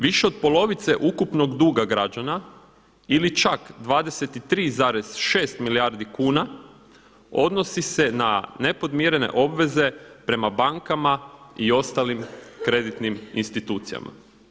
Više od polovice ukupnog duga građana ili čak 23,6 milijardi kuna odnosi se na nepodmirene obveze prema bankama i ostalim kreditnim institucijama.